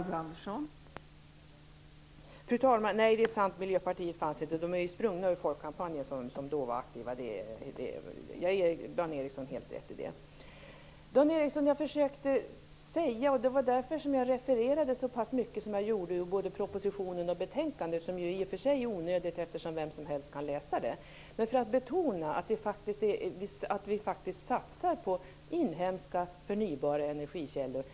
Fru talman! Nej, det är sant. Miljöpartiet fanns inte. Det är ju sprunget ur folkkampanjen, som då var aktiv. Jag ger Dan Ericsson helt rätt i det. När jag refererade så pass mycket som jag gjorde, - vilket ju i och för sig är onödigt eftersom vem som helst kan läsa det - var det för att betona att vi faktiskt satsar på inhemska, förnybara energikällor.